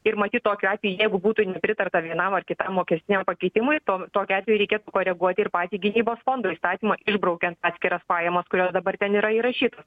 ir matyt tokiu atveju jeigu būtų nepritarta vienam ar kitam mokestiniam pakeitimui to tokiu atveju reikėtų koreguoti ir patį gynybos fondo įstatymą išbraukiant atskiras pajamas kurios dabar ten yra įrašytos